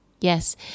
Yes